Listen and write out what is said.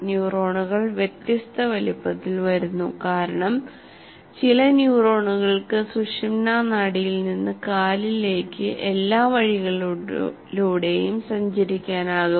ന്യൂറോണുകൾ വ്യത്യസ്ത വലുപ്പത്തിൽ വരുന്നു കാരണം ചില ന്യൂറോണുകൾക്ക് സുഷുമ്നാ നാഡിയിൽ നിന്ന് കാലിലേക്ക് എല്ലാ വഴികളിലൂടെയും സഞ്ചരിക്കാനാകും